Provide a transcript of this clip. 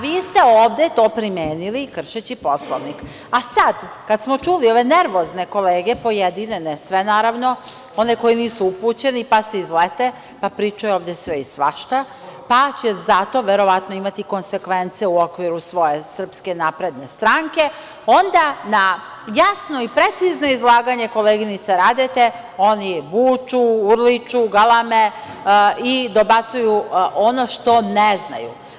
Vi ste ovde to primenili kršeći Poslovnik, a sad kad smo čuli ove nervozne kolege, pojedine, ne sve, naravno, one koji nisu upućeni, pa se izlete, pa pričaju ovde sve i svašta, pa će za to imati verovatno konsekvence u okviru svoje SNS, onda na jasno i precizno izlaganje koleginice Radete oni buču, urliču, galame i dobacuju ono što ne znaju.